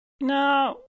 no